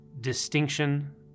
distinction